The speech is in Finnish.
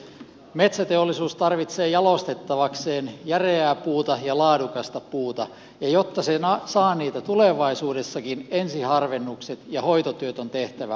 metsäteollisuus tarvitsee jalostettavakseen järeää puuta ja laadukasta puuta ja jotta se saa niitä tulevaisuudessakin ensiharvennukset ja hoitotyöt on tehtävä ajallaan